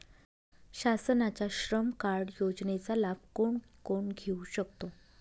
शासनाच्या श्रम कार्ड योजनेचा लाभ कोण कोण घेऊ शकतो?